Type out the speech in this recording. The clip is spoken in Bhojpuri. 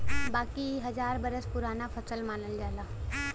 बाकी इ हजार बरस पुराना फसल मानल जाला